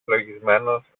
συλλογισμένος